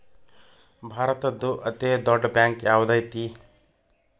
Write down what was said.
ಭಾರತದ್ದು ಅತೇ ದೊಡ್ಡ್ ಬ್ಯಾಂಕ್ ಯಾವ್ದದೈತಿ?